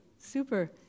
Super